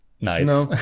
nice